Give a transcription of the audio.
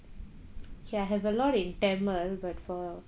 kay I have a lot in tamil but for